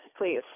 please